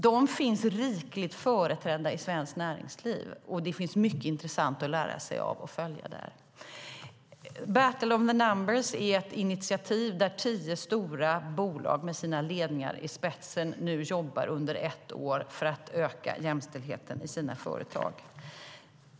De finns rikligt företrädda i svenskt näringsliv, och det finns mycket intressant att lära sig av och följa där. Battle of the numbers är ett initiativ där tio stora bolag med sina ledningar i spetsen nu jobbar under ett år för att öka jämställdheten i sina företag.